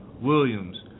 Williams